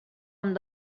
amb